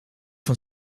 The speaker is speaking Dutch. van